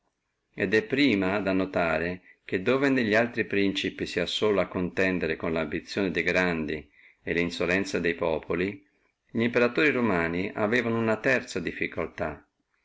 è prima da notare che dove nelli altri principati si ha solo a contendere con la ambizione de grandi et insolenzia de populi limperatori romani avevano una terza difficultà